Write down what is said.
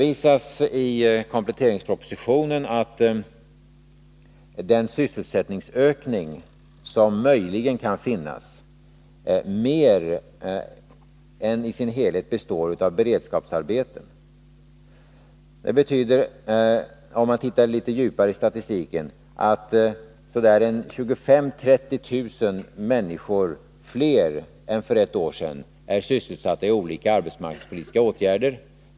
I kompletteringspropositionen redovisas att den sysselsättningsökning som möjligen kan finnas mer än i sin helhet består av beredskapsarbete. Det betyder, om man tittar litet djupare i statistiken, att så där 25 000-30 000 fler människor än för ett år sedan är sysselsatta i olika arbetsmarknadspolitiska åtgärder.